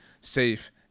safe